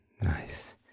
Nice